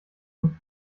und